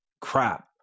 crap